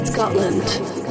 Scotland